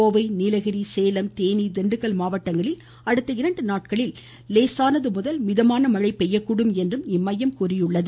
கோவை நீலகிரி சேலம் தேனி திண்டுக்கல் மாவட்டங்களில அடுத்த இரண்டு நாட்களில் லேசானது முதல் மிதமான மழை பெய்யக்கூடும் என்றும் அம்மையம் கூறியுள்ளது